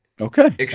Okay